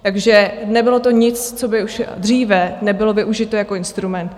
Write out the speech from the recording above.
Takže nebylo to nic, co by už dříve nebylo využito jako instrument.